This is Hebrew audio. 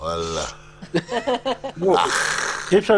ולצורך זה, ברק,